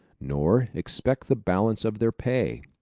nor expect the balance of their pay,